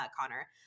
Connor